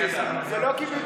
זה לא כי נתניהו